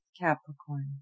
Capricorn